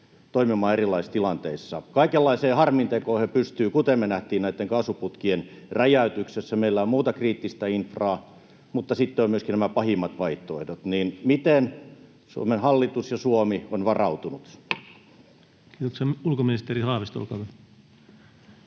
toimimaan erilaisissa tilanteissa? Kaikenlaiseen harmintekoon he pystyvät, kuten me nähtiin näitten kaasuputkien räjäytyksessä. Meillä on muuta kriittistä infraa, mutta sitten on myöskin nämä pahimmat vaihtoehdot. Miten Suomen hallitus ja Suomi ovat varautuneet? Kiitoksia. — Ulkoministeri Haavisto, olkaa hyvä.